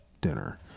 dinner